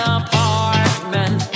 apartment